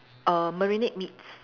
err marinate meats